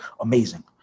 amazing